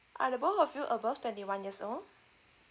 are the both of you above twenty one years old